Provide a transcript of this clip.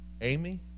Amy